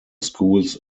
schools